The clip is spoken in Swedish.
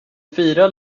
fira